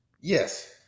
Yes